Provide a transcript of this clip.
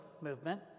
movement